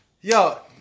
Yo